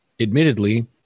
Admittedly